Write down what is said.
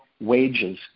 wages